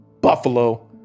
Buffalo